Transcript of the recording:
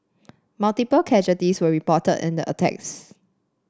multiple casualties were reported and the attacks